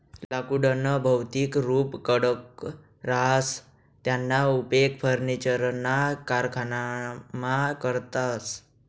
लाकुडनं भौतिक रुप कडक रहास त्याना उपेग फर्निचरना कारखानामा करतस